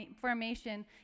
formation